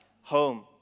home